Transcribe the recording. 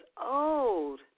old